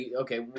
okay